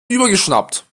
übergeschnappt